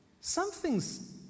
something's